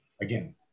again